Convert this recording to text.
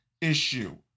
issue